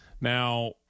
now